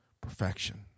perfection